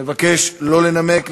ב-23 בנובמבר